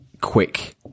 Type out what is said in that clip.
quick